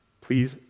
Please